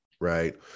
right